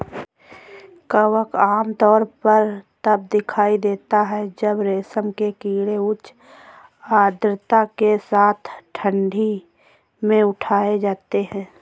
कवक आमतौर पर तब दिखाई देता है जब रेशम के कीड़े उच्च आर्द्रता के साथ ठंडी में उठाए जाते हैं